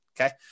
Okay